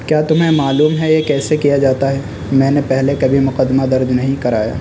کیا تمہیں معلوم ہے یہ کیسے کیا جاتا ہے میں نے پہلے کبھی مقدمہ درج نہیں کرایا